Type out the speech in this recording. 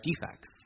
defects